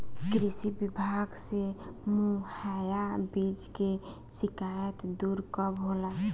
कृषि विभाग से मुहैया बीज के शिकायत दुर कब होला?